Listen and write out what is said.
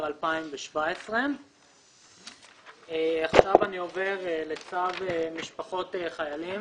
2017. אני עובר לצו משפחות חיילים